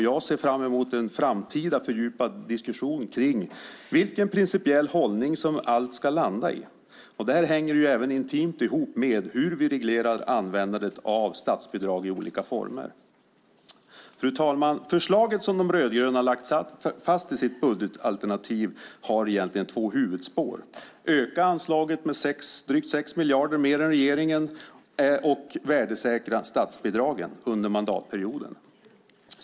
Jag ser fram emot en framtida fördjupad diskussion om vilken principiell hållning allt ska landa i. Det här hänger även intimt ihop med hur vi reglerar användandet av statsbidrag i olika former. Fru talman! Förslaget i De rödgrönas budgetalternativ har egentligen två huvudspår: att öka anslaget med drygt 6 miljarder mer än regeringen och att värdesäkra statsbidragen under mandatperioden.